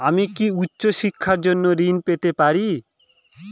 আমি কি উচ্চ শিক্ষার জন্য ঋণ পেতে পারি?